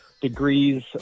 degrees